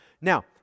Now